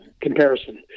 comparison